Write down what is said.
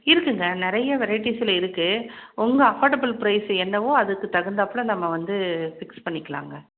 இருக்குங்க நிறைய வெரைட்டிஸில் இருக்கு உங்கள் அஃபார்டபுள் பிரைஸு என்னவோ அதுக்கு தகுந்தாப்பில நம்ம வந்து ஃபிக்ஸ் பண்ணிக்கலாங்க